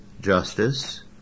justice